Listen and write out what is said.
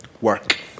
work